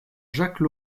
jacques